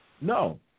No